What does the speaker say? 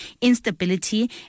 instability